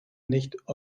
nicht